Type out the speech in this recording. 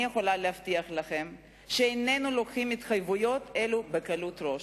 אני יכולה להבטיח לכם שאיננו לוקחים התחייבויות אלו בקלות ראש.